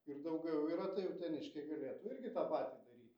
ir daugiau yra tai uteniškiai galėtų irgi tą patį daryt